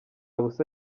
busa